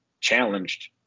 challenged